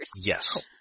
Yes